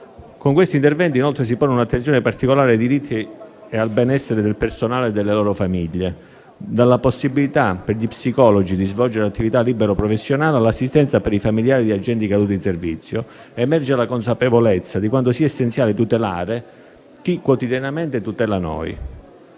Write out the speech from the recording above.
Con questo intervento, inoltre, si pone un'attenzione particolare ai diritti e al benessere del personale e delle loro famiglie. Dalla possibilità per gli psicologi di svolgere attività libero-professionale all'assistenza per i familiari di agenti caduti in servizio, emerge la consapevolezza di quanto sia essenziale tutelare chi quotidianamente tutela noi.